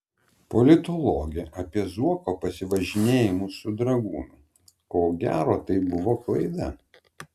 politologė apie zuoko pasivažinėjimus su dragūnu ko gero tai buvo klaida